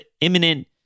imminent